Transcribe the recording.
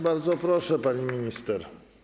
Bardzo proszę, pani minister.